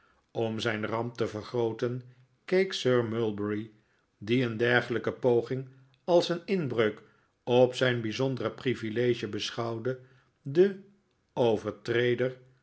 dm zijn ramp te vergrooten keek sir mulberry die een dergelijke poging als een inbreuk op zijn bijzondere privilegie beschouwde den overtreder